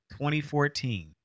2014